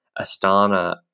Astana